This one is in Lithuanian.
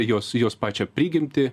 jos jos pačią prigimtį